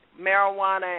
marijuana